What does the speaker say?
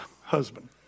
husband